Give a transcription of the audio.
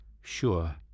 sure